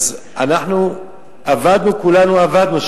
אז אנחנו אבדנו, כולנו אבדנו.